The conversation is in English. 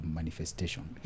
manifestation